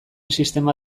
sistema